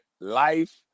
life